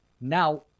Now